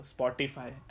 Spotify